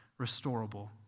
restorable